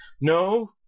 no